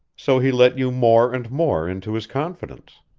so he let you more and more into his confidence.